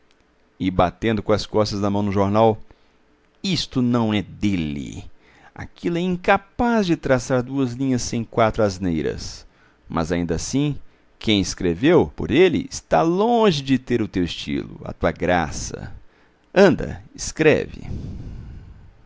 e batendo com as costas da mão no jornal isto não é dele aquilo é incapaz de traçar duas linhas sem quatro asneiras mas ainda assim quem escreveu por ele está longe deter o teu estilo a tua graça anda escreve